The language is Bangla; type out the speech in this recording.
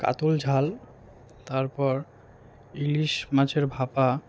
কাতল ঝাল তারপর ইলিশ মাছের ভাপা